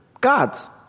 God's